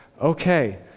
okay